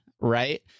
right